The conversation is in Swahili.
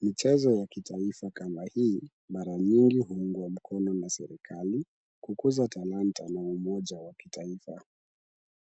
Michezo ya kitaifa kama hii, mara nyingi huungwa mkono na serikali, kukuza talanta na umoja wa kitaifa.